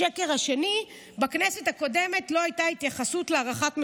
השקר השני: בכנסת הקודמת לא הייתה התייחסות להערכת מסוכנות.